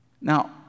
Now